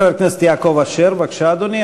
חבר הכנסת יעקב אשר, בבקשה, אדוני.